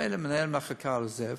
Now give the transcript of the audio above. מילא מנהל המחלקה עוזב,